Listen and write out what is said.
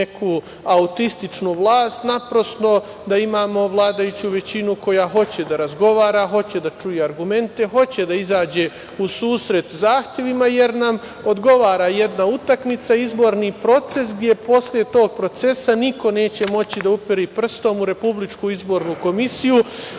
neku autističnu vlast. Naprosto, da imamo vladajuću većinu koja hoće da razgovara, hoće da čuje argumente, hoće da izađe u susret zahtevima, jer nam odgovara jedna utakmica, izborni proces jer posle tog procesa niko neće moći da uperi prstom u RIK i da kaže